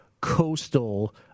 Coastal